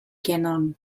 gannon